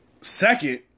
Second